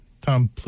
Tom